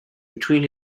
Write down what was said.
between